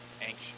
anxious